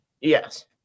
Yes